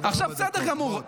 בסדר גמור.